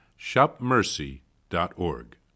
shopmercy.org